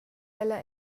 ella